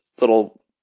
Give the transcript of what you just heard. little